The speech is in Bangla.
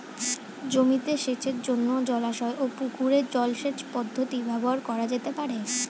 জমিতে সেচের জন্য জলাশয় ও পুকুরের জল সেচ পদ্ধতি ব্যবহার করা যেতে পারে?